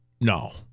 No